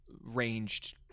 ranged